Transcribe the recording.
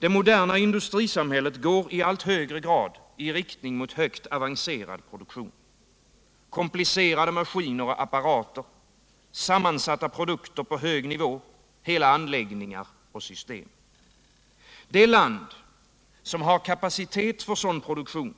Det moderna industrisamhället går i allt högre grad i riktning mot högt avancerad produktion: komplicerade maskiner och apparater, sammansatta produkter på hög nivå samt hela anläggningar och system. Det land som har kapacitet för sådan produktion